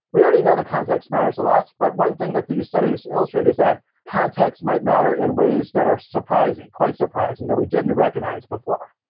we already know that context matters a lot, but one thing that these studies illustrate is that context might matter in ways that are surprising, quite surprising, that we didn't recognize before.